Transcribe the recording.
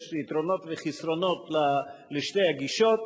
יש יתרונות וחסרונות לשתי הגישות.